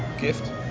Gift